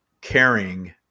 caring